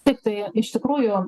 taip tai iš tikrųjų